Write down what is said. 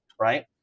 Right